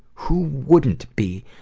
who wouldn't be